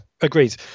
agreed